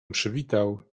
przywitał